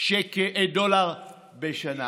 דולר בשנה.